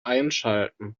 einschalten